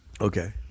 Okay